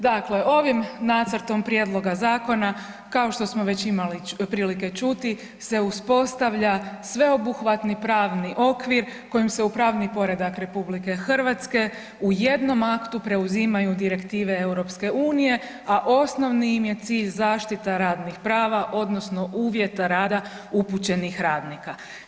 Dakle, ovim nacrtom prijedloga zakona kao što smo već imali prilike čuti se uspostavlja sveobuhvatni pravni okvir kojim se u pravni poredak RH u jednom aktu preuzimaju Direktive EU, a osnovni im je cilj zaštita radnih prava odnosno uvjeta rada upućenih radnika.